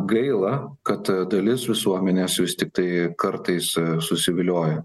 gaila kad dalis visuomenės vis tiktai kartais susivilioja